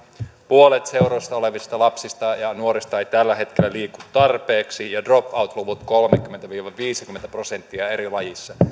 puolet seuroissa olevista lapsista ja nuorista ei tällä hetkellä liiku tarpeeksi ja dropout luvut ovat kolmekymmentä viiva viisikymmentä prosenttia eri lajeissa